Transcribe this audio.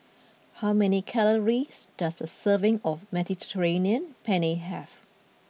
how many calories does a serving of Mediterranean Penne have